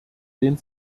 den